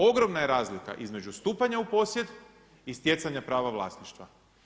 Ogromna je razlika između stupanja u posjed i stjecanja prava vlasništva.